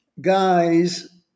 guys